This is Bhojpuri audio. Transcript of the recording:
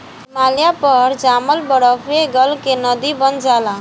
हिमालय पर जामल बरफवे गल के नदी बन जाला